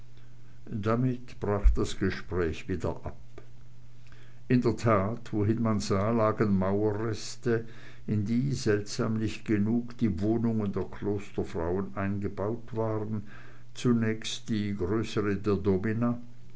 damit brach das gespräch wieder ab in der tat wohin man sah lagen mauerreste in die seltsamlich genug die wohnungen der klosterfrauen eingebaut waren zunächst die größere der domina